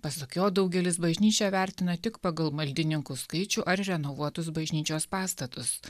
pasak jo daugelis bažnyčią vertina tik pagal maldininkų skaičių ar renovuotus bažnyčios pastatus